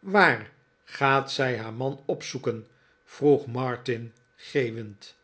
waar gaat zij haar man opzoeken vroeg martin geeuwend